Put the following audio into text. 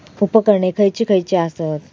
उपकरणे खैयची खैयची आसत?